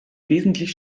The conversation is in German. wesentlich